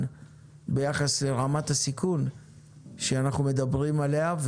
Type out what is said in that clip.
ביחס לרמת הסיכון שאנחנו מדברים עליה,